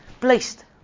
placed